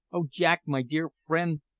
oh jack, my dear friend!